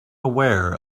aware